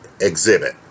exhibit